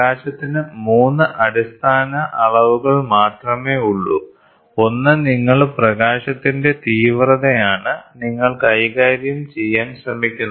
പ്രകാശത്തിന് 3 അടിസ്ഥാന അളവുകൾ മാത്രമേയുള്ളൂ ഒന്ന് നിങ്ങൾ പ്രകാശത്തിന്റെ തീവ്രതയാണ് നിങ്ങൾ കൈകാര്യം ചെയ്യാൻ ശ്രമിക്കുന്നത്